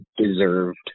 deserved